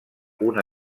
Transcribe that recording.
una